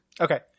Okay